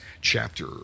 chapter